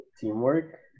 teamwork